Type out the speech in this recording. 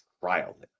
trial